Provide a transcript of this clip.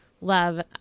love